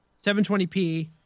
720p